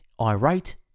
irate